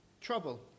trouble